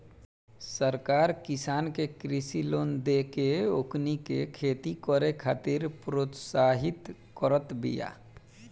सरकार किसान के कृषि लोन देके ओकनी के खेती करे खातिर प्रोत्साहित करत बिया